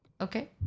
Okay